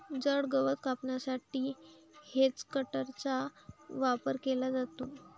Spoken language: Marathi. जड गवत कापण्यासाठी हेजकटरचा वापर केला जातो